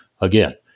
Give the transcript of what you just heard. again